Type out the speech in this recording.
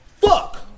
fuck